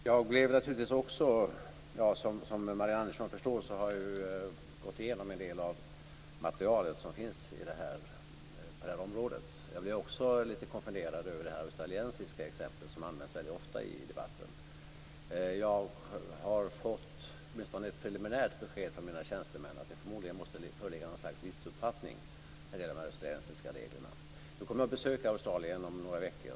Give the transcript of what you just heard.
Fru talman! Som Marianne Andersson förstår har jag gått igenom en del av materialet som finns på det här området. Jag blev också lite konfunderad över det australiensiska exempel som används väldigt ofta i debatten. Jag har åtminstone fått ett preliminärt besked från mina tjänstemän att det förmodligen måste föreligga något slags missuppfattning om de australiensiska reglerna. Nu kommer jag att besöka Australien om några veckor.